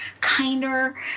kinder